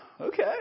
okay